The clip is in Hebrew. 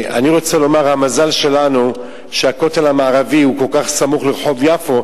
אני רוצה לומר שהמזל שלנו הוא שהכותל המערבי כל כך סמוך לרחוב יפו,